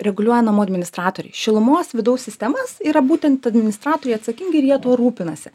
reguliuoja namų administratoriai šilumos vidaus sistemas yra būtent administratoriai atsakingi ir jie tuo rūpinasi